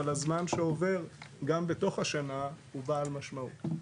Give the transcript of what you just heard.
אבל הזמן שעובר גם בתוך השנה הוא בעל משמעות.